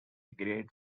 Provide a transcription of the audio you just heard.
great